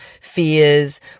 fears